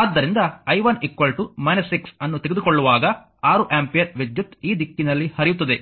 ಆದ್ದರಿಂದ i 1 6 ಅನ್ನು ತೆಗೆದುಕೊಳ್ಳುವಾಗ 6 ಆಂಪಿಯರ್ ವಿದ್ಯುತ್ ಈ ದಿಕ್ಕಿನಲ್ಲಿ ಹರಿಯುತ್ತದೆ